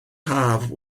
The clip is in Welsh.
haf